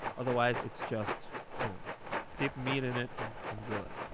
otherwise it's just you know deep meat in it and and grill it